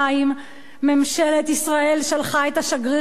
ממשלת ישראל שלחה את השגריר באמריקה,